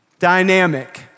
dynamic